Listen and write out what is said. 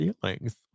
feelings